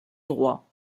droit